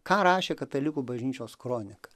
ką rašė katalikų bažnyčios kronika